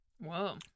Whoa